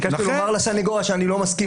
ביקשתי לומר לסניגוריה, שאני לא מסכים